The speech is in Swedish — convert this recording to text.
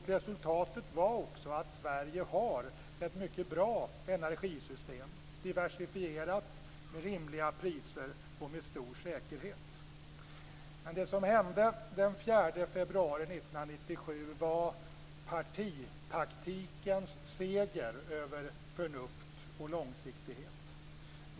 Resultatet var också att Sverige har ett mycket bra energisystem, diversifierat, med rimliga priser och med stor säkerhet. Det som hände den 4 februari 1997 var partitaktikens seger över förnuft och långsiktighet.